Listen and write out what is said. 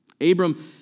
Abram